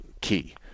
key